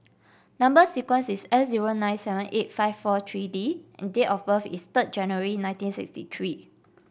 number sequence is S zero nine seven eight five four three D and date of birth is third January nineteen sixty three